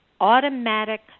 automatic